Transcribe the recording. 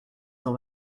cent